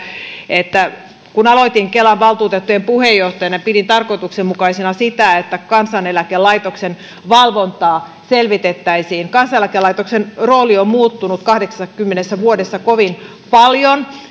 että kun aloitin kelan valtuutettujen puheenjohtajana pidin tarkoituksenmukaisena sitä että kansaneläkelaitoksen valvontaa selvitettäisiin kansaneläkelaitoksen rooli on muuttunut kahdeksassakymmenessä vuodessa kovin paljon